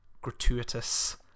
gratuitous